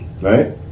right